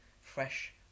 fresh